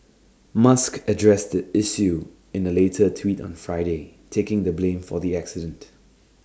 musk addressed the issue in A later tweet on Friday taking the blame for the accident